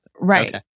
Right